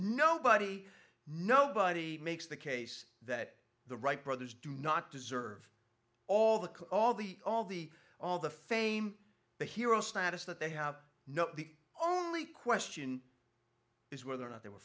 nobody nobody makes the case that the wright brothers do not deserve all the all the all the all the fame the hero status that they have no the only question is whether or not they were